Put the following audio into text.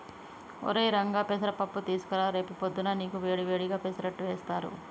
ఒరై రంగా పెసర పప్పు తీసుకురా రేపు పొద్దున్నా నీకు వేడి వేడిగా పెసరట్టు వేస్తారు